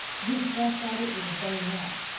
he thrust at it with his bayonet,